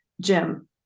Jim